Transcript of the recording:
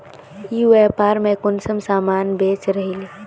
ई व्यापार में कुंसम सामान बेच रहली?